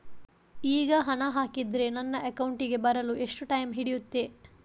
ಈಗ ಹಣ ಹಾಕಿದ್ರೆ ನನ್ನ ಅಕೌಂಟಿಗೆ ಬರಲು ಎಷ್ಟು ಟೈಮ್ ಹಿಡಿಯುತ್ತೆ?